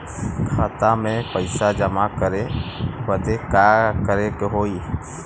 खाता मे पैसा जमा करे बदे का करे के होई?